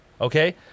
okay